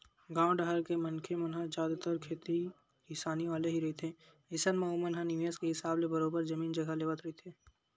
गाँव डाहर के मनखे मन ह जादतर खेती किसानी वाले ही रहिथे अइसन म ओमन ह निवेस के हिसाब ले बरोबर जमीन जघा लेवत रहिथे